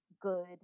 good